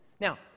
Now